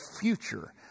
future